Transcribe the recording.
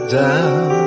down